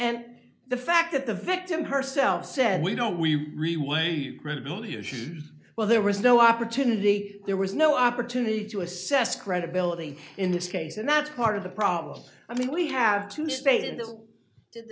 the fact that the victim herself said we know we re way well there was no opportunity there was no opportunity to assess credibility in this case and that's part of the problem i mean we have to